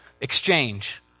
exchange